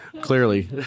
clearly